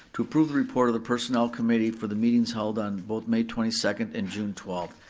to approve the report of the personnel committee for the meetings held on both may twenty second and june twelfth.